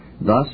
Thus